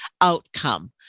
outcome